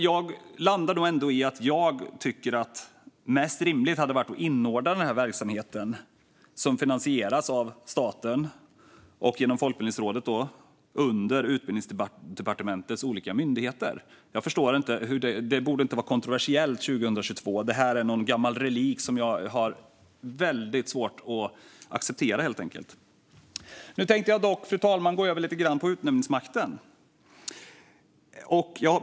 Jag landar ändå i att jag tycker att det hade varit mest rimligt att inordna verksamheten, som finansieras av staten genom Folkbildningsrådet, under Utbildningsdepartementets olika myndigheter. Det borde inte vara kontroversiellt år 2022; det här är någon gammal relik som jag helt enkelt har svårt att acceptera. Fru talman! Jag tänkte nu dock gå över lite grann till utnämningsmakten.